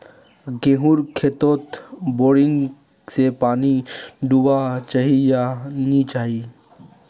गेँहूर खेतोत बोरिंग से पानी दुबा चही या नी चही?